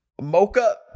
Mocha